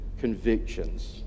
Convictions